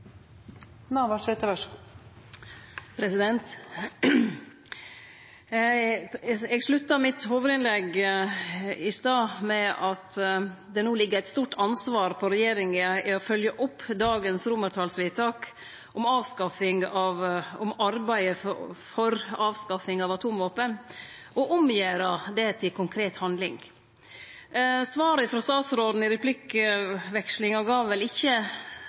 Eg slutta hovudinnlegget mitt i stad med at det no ligg eit stort ansvar på regjeringa i å følgje opp dagens romartalsvedtak om å arbeide for å avskaffe atomvåpen og gjere det om til konkret handling. Svaret frå utanriksministeren i replikkvekslinga gav vel ikkje